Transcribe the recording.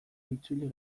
itzuli